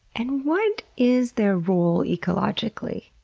and what is their role ecologically?